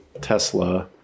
Tesla